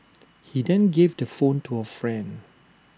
he then gave the phone to A friend